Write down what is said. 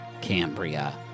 Cambria